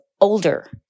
older